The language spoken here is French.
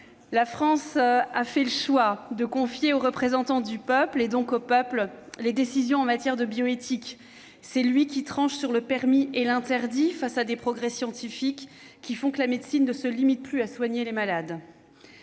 La France a fait le choix de confier aux représentants du peuple, et donc au peuple, les décisions en matière de bioéthique. C'est le peuple qui tranche sur le permis et l'interdit face à des progrès scientifiques qui font que la médecine ne se contente plus de soigner les malades.